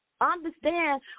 Understand